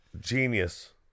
Genius